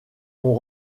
ont